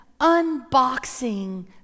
unboxing